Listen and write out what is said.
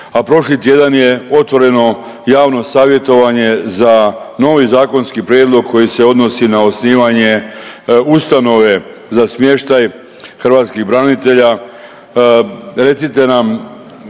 a prošli tjedan je otvoreno javno savjetovanje za novi zakonski prijedlog koji se odnosi na osnivanje ustanove za smještaj hrvatskih branitelja. Recite nam